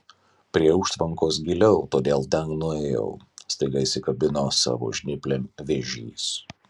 prie užtvankos giliau todėl ten nuėjau staiga įsikabino savo žnyplėm vėžys